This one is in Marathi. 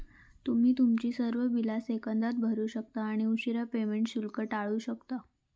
तुम्ही तुमची सर्व बिला सेकंदात भरू शकता आणि उशीरा पेमेंट शुल्क टाळू शकता